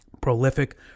prolific